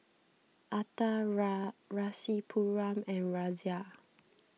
Atal Rasipuram and Razia